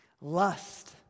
Lust